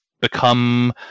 become